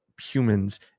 humans